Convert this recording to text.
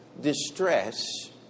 distress